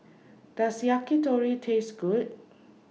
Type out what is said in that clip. Does Yakitori Taste Good